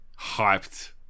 hyped